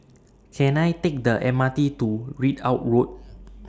Can I Take The M R T to Ridout Road